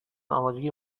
آمادگی